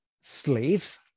slaves